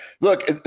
Look